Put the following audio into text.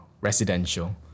residential